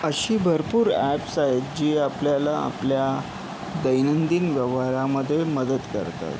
अशी भरपूर ॲप्स आहेत जी आपल्याला आपल्या दैनंदिन व्यवहारामध्ये मदत करतात